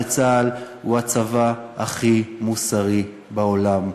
צה"ל הוא הצבא הכי מוסרי בעולם.